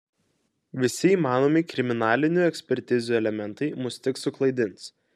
visi įmanomi kriminalinių ekspertizių elementai mus tik suklaidins